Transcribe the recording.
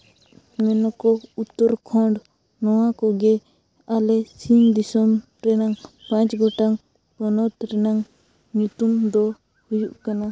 ᱢᱮᱱᱟ ᱠᱚ ᱩᱛᱛᱚᱨᱠᱷᱚᱸᱰ ᱱᱚᱣᱟ ᱠᱚᱜᱮ ᱟᱞᱮ ᱥᱤᱧ ᱫᱤᱥᱚᱢ ᱨᱮᱱᱟᱝ ᱯᱟᱸᱪ ᱜᱚᱴᱟᱝ ᱯᱚᱱᱚᱛ ᱨᱮᱱᱟᱝ ᱧᱩᱛᱩᱢ ᱫᱚ ᱦᱩᱭᱩᱜ ᱠᱟᱱᱟ